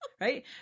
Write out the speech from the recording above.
right